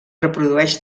reprodueix